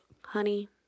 honey